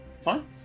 fine